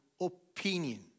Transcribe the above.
opinion